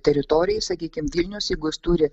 teritorijai sakykim vilnius jeigu jis turi